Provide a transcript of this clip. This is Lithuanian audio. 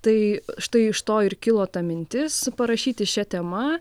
tai štai iš to ir kilo ta mintis parašyti šia tema